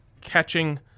catching